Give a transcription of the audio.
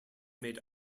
made